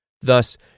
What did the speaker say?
Thus